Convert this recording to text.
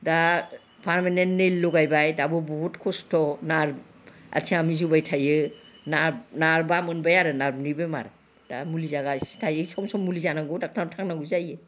दा पारमानेन्ट नेइल लगायबाय दाबो बहुद खस्थ' नार्भ आथिङा मिजौबाय थायो नार्भ नार्भआ मोनबाय आरो नार्भनि बेमार दा मुलि जागासिनो थायो सम सम मुलि जानांगौ ड'क्टरनाव थांनांगौ जायो